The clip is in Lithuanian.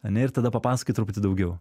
ane ir tada papasakoji truputį daugiau